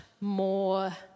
more